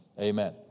amen